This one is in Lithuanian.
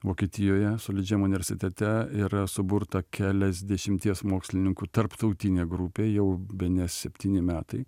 vokietijoje solidžiam universitete yra suburta keliasdešimties mokslininkų tarptautinė grupė jau bene septyni metai